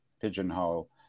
pigeonhole